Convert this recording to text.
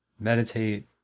Meditate